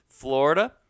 Florida